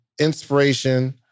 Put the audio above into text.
Inspiration